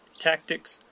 tactics